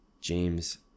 james